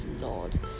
Lord